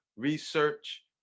Research